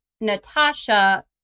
Natasha